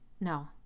No